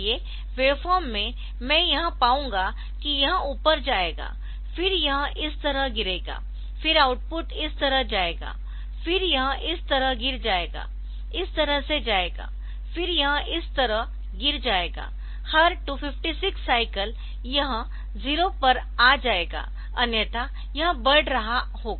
इसलिए वेवफॉर्म में मैं यह पाऊंगा कि यह ऊपर जाएगा फिर यह इस तरह गिरेगा फिर आउटपुट इस तरह जाएगा फिर यह इस तरह गिर जाएगा इस तरह से जाएगा फिर यह इस तरह गिर जाएगा हर 256 साईकल यह 0 पर आ जाएगा अन्यथा यह बढ़ रहा होगा